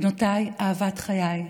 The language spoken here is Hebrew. בנותיי, אהבת חיי,